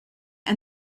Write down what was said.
and